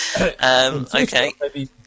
Okay